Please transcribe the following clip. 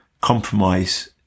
compromise